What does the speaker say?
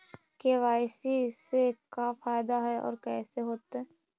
KYC से का फायदा है और कैसे होतै?